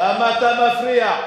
למה אתה מפריע?